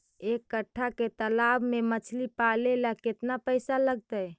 एक कट्ठा के तालाब में मछली पाले ल केतना पैसा लगतै?